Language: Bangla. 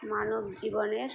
মানব জীবনের